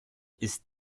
ist